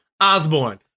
Osborne